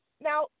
Now